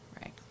Right